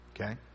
Okay